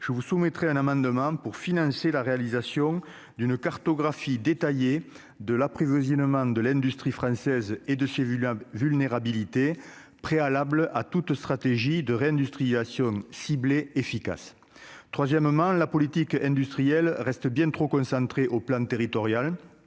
je vous soumettrai un amendement pour financer la réalisation d'une cartographie détaillée de la prise musulmane de l'industrie française et de ses vu la vulnérabilité, préalable à toute stratégie de réindustrialisation ciblées, efficaces, troisièmement, la politique industrielle bien trop concentré au plan territorial,